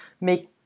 make